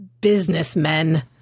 businessmen